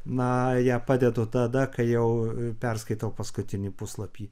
na ją padedu tada kai jau perskaitau paskutinį puslapį